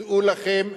דעו לכם,